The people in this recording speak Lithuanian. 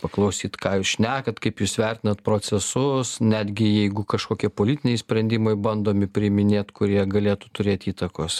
paklausyt ką jūs šnekat kaip jūs vertinat procesus netgi jeigu kažkokie politiniai sprendimai bandomi priiminėt kurie galėtų turėt įtakos